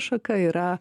šaka yra